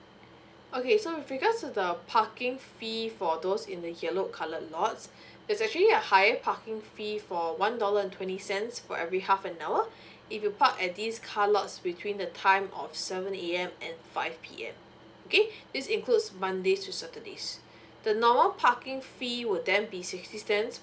okay so with regards to the parking fee for those in the yellow colour lots it's actually a high parking fee for one dollar and twenty cents for every half an hour if you park at these car lots between the time of seven A_M and five P_M okay this includes mondays to saturdays the normal parking fee will then be sixty cents